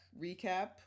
recap